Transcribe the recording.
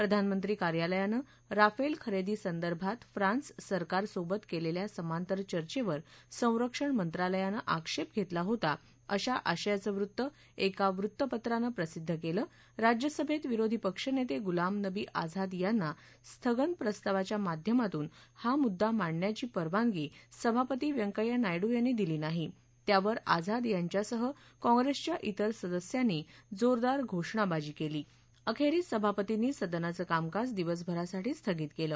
प्रधानमंत्री कार्यालयानं राफेल खरेदीसंदर्भात फ्रान्स सरकारसोबत केलेल्या समांतर चर्चेवर संरक्षण मंत्रालयानं आक्षेप घेतला होता अशा आशयाचं वृत्त एका वृत्तपत्रानं प्रसिद्ध केलं राज्यसभेत विरोधी पक्षनेते गुलाम नबी आझाद यांना स्थगन प्रस्तावाच्या माध्यमातून हा मुद्दा मांडण्याची परवानगी सभापती व्यंकय्या नायडू यांनी दिली नाही त्यावर आझाद यांच्यासह काँग्रेसच्या त्रिर सदस्यांनी जोरदार घोषणाबाजी केल्यानं सभापतींनी सदनाचं कामकाज दिवसभरासाठी स्थगित केलं